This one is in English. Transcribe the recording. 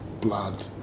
blood